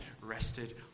rested